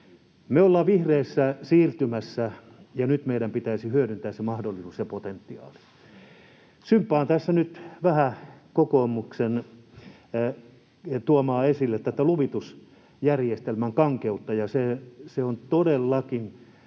Me ollaan vihreässä siirtymässä, ja nyt meidän pitäisi hyödyntää se mahdollisuus ja potentiaali. Symppaan tässä nyt vähän sitä, että kokoomus toi esille tätä luvitusjärjestelmän kankeutta, [Kokoomuksen